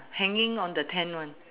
hanging on the tent one